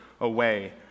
away